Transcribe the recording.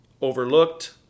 overlooked